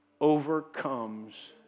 overcomes